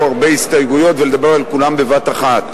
הרבה הסתייגויות ולדבר על כולן בבת-אחת.